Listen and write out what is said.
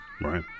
Right